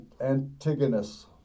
Antigonus